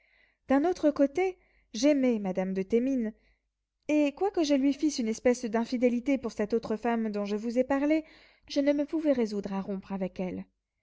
d'un autre côté j'aimais madame de thémines et quoique je lui fisse une espèce d'infidélité pour cette autre femme dont je vous ai parlé je ne me pouvais résoudre à rompre avec elle